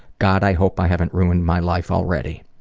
god, i hope i haven't ruined my life already.